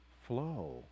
flow